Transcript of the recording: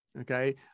Okay